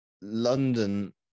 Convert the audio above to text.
London